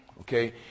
Okay